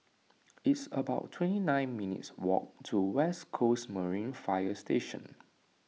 it's about twenty nine minutes' walk to West Coast Marine Fire Station